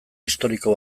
historiko